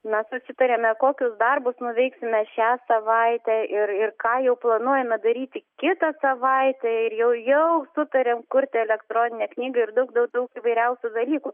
mes susitarėme kokius darbus nuveiksime šią savaitę ir ir ką jau planuojame daryti kitą savaitę ir jau jau sutarėm kurti elektroninę knygą ir daug daug daug įvairiausių dalykų